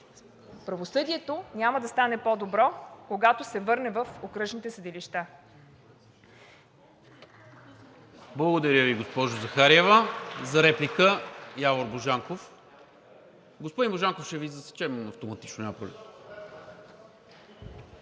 правосъдието няма да стане по-добро, когато се върне в окръжните съдилища.